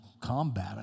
combat